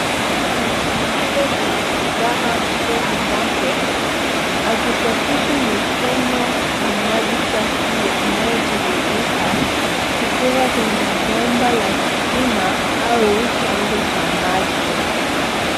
Mwanamke mwenye furaha usoni mwake, akisafisha mikono kwa maji safi inayotiririka, kutoka kwenye bomba la kisima au chanzo cha maji.